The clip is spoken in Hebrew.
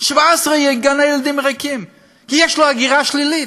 17 גני-ילדים ריקים, כי יש לו הגירה שלילית.